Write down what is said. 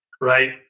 Right